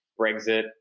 Brexit